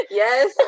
yes